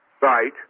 Right